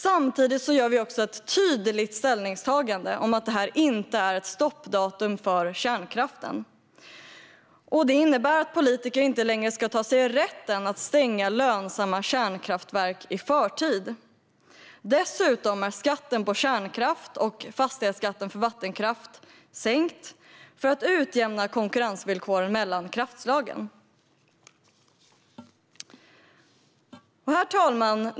Samtidigt gör vi också ett tydligt ställningstagande om att det inte är ett stoppdatum för kärnkraften. Det innebär att politiker inte längre kan ta sig rätten att stänga lönsamma kärnkraftverk i förtid. Dessutom är skatten på kärnkraft och fastighetsskatten för vattenkraft sänkt för att utjämna konkurrensvillkoren mellan kraftslagen. Herr talman!